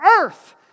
earth